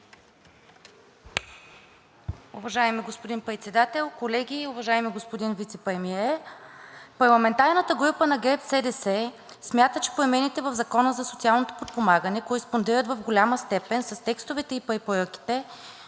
Уважаеми господин Председател, колеги, уважаеми господин Вицепремиер! Парламентарната група на ГЕРБ-СДС смята, че промените в Закона за социално подпомагане кореспондират в голяма степен с текстовете и препоръките